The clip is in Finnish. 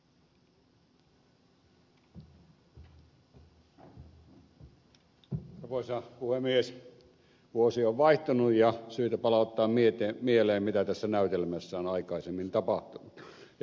vuosi on vaihtunut ja on syytä palauttaa mieleen mitä tässä näytelmässä on aikaisemmin tapahtunut